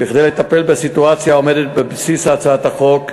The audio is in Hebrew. מספיקים כדי לטפל בסיטואציה העומדת בבסיס הצעת החוק,